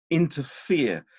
interfere